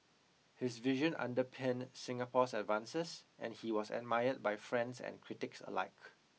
his vision underpinned Singapore's advances and he was admired by friends and critics alike